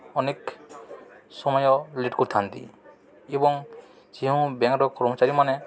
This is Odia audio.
ଅନେକ ସମୟ ଲେଟ୍ କରିଥାନ୍ତି ଏବଂ ଯେଉଁ ବ୍ୟାଙ୍କ୍ର କର୍ମଚାରୀମାନେ